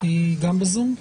היא גם בזום.